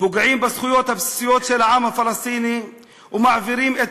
פוגעים בזכויות הבסיסיות של העם הפלסטיני ומעבירים את